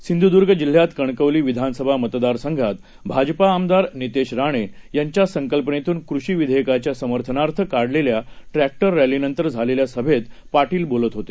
सिंधुदुर्गजिल्ह्यातकणकवलीविधानसभामतदारसंघातभाजपाआमदारनितेशराणेयांच्यासंकल्पनेतूनकृषीविघेयकाच्यासमर्थनार्थकाढलेल्याट्रॅ क्टररॅलीनंतरझालेल्यासभेतपाटीलबोलतहोते